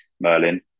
Merlin